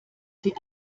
sie